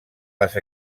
les